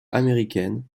américaine